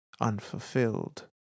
unfulfilled